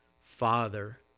Father